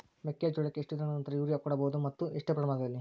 ಮೆಕ್ಕೆಜೋಳಕ್ಕೆ ಎಷ್ಟು ದಿನಗಳ ನಂತರ ಯೂರಿಯಾ ಕೊಡಬಹುದು ಮತ್ತು ಎಷ್ಟು ಪ್ರಮಾಣದಲ್ಲಿ?